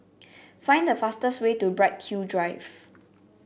find the fastest way to Bright Hill Drive